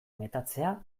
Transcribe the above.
metatzea